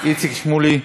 איציק שמולי.